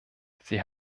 sie